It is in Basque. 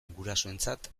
gurasoentzat